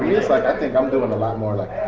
years, like, i think i'm doing a lot more. like,